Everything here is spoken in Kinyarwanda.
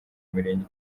mirenge